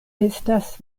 estas